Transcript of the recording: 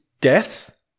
death